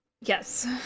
Yes